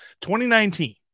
2019